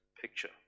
picture